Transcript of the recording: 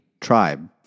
Tribe